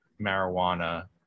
marijuana